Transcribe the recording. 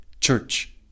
Church